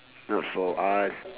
not for us